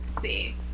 see